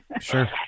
sure